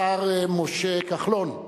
השר משה כחלון,